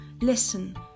Listen